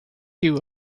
you